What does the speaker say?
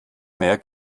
mehr